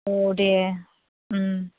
औ दे ओम